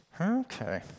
Okay